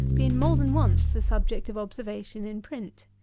been more than once a subject of observation in print.